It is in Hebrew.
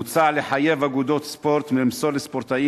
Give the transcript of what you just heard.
מוצע לחייב אגודות ספורט למסור לספורטאים